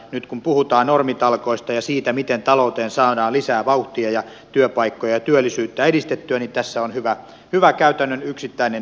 nyt kun puhutaan normitalkoista ja siitä miten talouteen saadaan lisää vauhtia ja työpaikkoja ja työllisyyttä edistettyä niin tässä on hyvä käytännön yksittäinen esimerkki